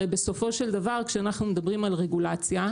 הרי, בסופו של דבר, כשאנחנו מדברים על רגולציה,